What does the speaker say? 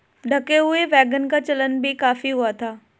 ढके हुए वैगन का चलन भी काफी हुआ था